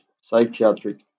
psychiatric